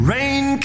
Rain